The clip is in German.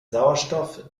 sauerstoff